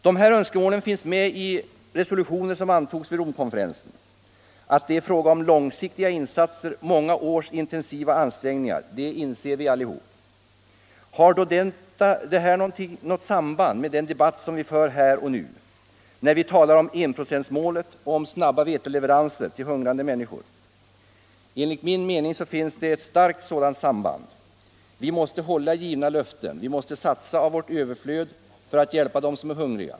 De här önskemålen finns med i resolutioner som antogs vid Romkonferensen. Att det är fråga om långsiktiga insatser — många års intensiva ansträngningar — inser vi allihop. Har då detta något samband med den här debatten, där vi talar om enprocentsmålet och om snabba veteleveranser till hungrande människor? Enligt min mening finns det ett starkt sådant samband. Vi måste hålla givna löften. Vi måste satsa av vårt överflöd för att hjälpa dem som är hungriga.